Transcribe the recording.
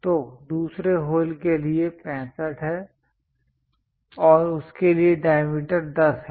तो दूसरे होल के लिए 65 है और उसके लिए डायमीटर 10 है